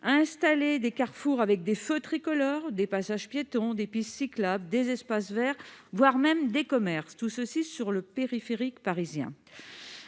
installer des carrefours avec des feux tricolores, des passages piétons, des pistes cyclables, des espaces verts, voire des commerces- tout cela, sur le périphérique parisien